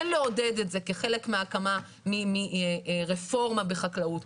כן לעודד את זה כחלק מרפורמה בחקלאות,